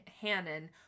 Hannon